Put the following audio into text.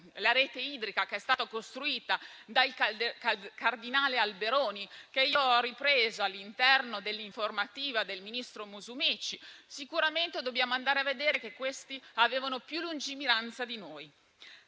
la rete idrica che è stata costruita dal cardinale Alberoni, che io ho ripreso all'interno dell'informativa del ministro Musumeci, sicuramente dobbiamo constatare che all'epoca avevano più lungimiranza di noi.